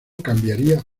cambiaría